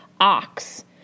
ox